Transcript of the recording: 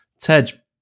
Ted